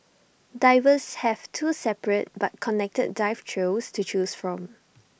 divers have two separate but connected dive trails to choose from